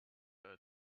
her